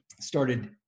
started